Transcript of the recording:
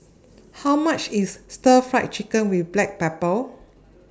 How much IS Stir Fry Chicken with Black Pepper